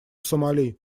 сомали